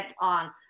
on